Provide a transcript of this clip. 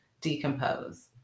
decompose